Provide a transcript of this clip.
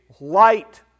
light